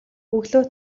өглөө